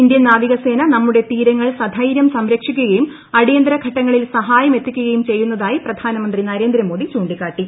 Indian നാവിക സേന നമ്മുടെ തീരങ്ങൾ സൈര്യം സംരക്ഷിക്കുകയും അടിയന്തിര ഘട്ടങ്ങളിൽ സഹായം എത്തിക്കുകയും ചെയ്യുന്നതായി പ്രധാന മന്ത്രി നരേന്ദ്ര മോദി ചൂണ്ടികാട്ടി